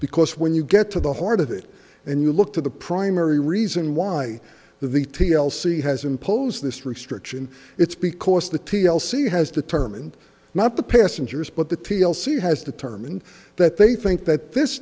because when you get to the heart of it and you look to the primary reason why the t l c has imposed this restriction it's because the t l c has determined not the passengers but the t l c has determined that they think th